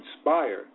inspire